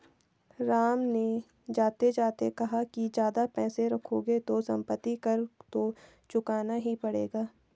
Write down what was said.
राम ने जाते जाते कहा कि ज्यादा पैसे रखोगे तो सम्पत्ति कर तो चुकाना ही पड़ेगा